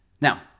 Now